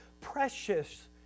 precious